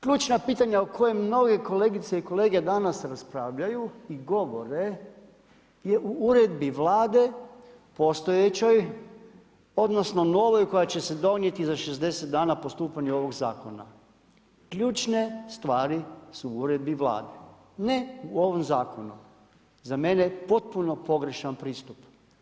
Ključna pitanja o kojem mnoge kolegice i kolege danas raspravljaju i govore je u uredbi Vlade postojećoj odnosno novoj koja će se donijeti za 60 dana po stupanju ovoga zakona. ključne stvari su u uredbi Vlade, ne u ovom zakonu, za mene potpuno pogrešan pristup.